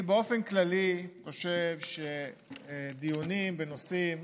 באופן כללי אני חושב שדיונים בנושאים